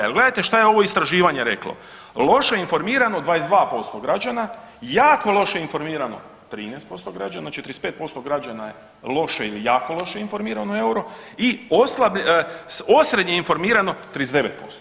Jel gledajte šta je ovo istraživanje reklo, loše informirano 22% građana, jako loše informirano 13% građana, 45% građana je loše ili jako loše informirano o euro i osrednje informirano 39%